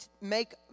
make